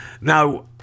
Now